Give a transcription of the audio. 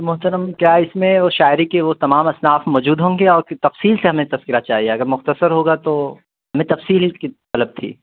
محترم کیا اس میں وہ شاعری کے وہ تمام اصناف موجود ہوں گے اور تفصیل سے ہمیں تفصیلات چاہیے اگر مختصر ہوگا تو ہمیں تفصیل کی طلب تھی